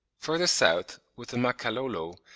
further south with the makalolo,